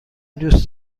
دوست